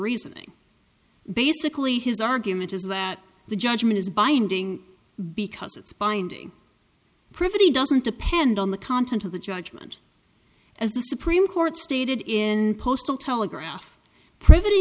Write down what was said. reasoning basically his argument is that the judgment is binding because it's binding privity doesn't depend on the content of the judgment as the supreme court stated in postal telegraph pri